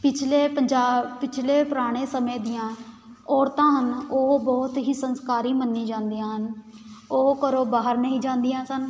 ਪਿਛਲੇ ਪੰਜਾਬ ਪਿਛਲੇ ਪੁਰਾਣੇ ਸਮੇਂ ਦੀਆਂ ਔਰਤਾਂ ਹਨ ਉਹ ਬਹੁਤ ਹੀ ਸੰਸਕਾਰੀ ਮੰਨੀ ਜਾਂਦੀਆਂ ਹਨ ਉਹ ਘਰੋਂ ਬਾਹਰ ਨਹੀਂ ਜਾਂਦੀਆਂ ਸਨ